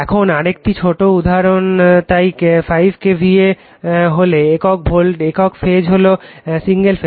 এখন আরেকটি ছোট উদাহরণ তাই 5 KVA হলে একক ফেজ হল 1 ∅